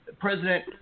president